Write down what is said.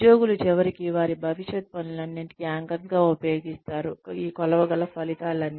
ఉద్యోగులు చివరికి వారి భవిష్యత్ పనులన్నింటికీ ఆంకర్స్ గా ఉపయోగింస్తారు కొలవగల ఫలితాలు